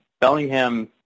Bellingham